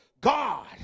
God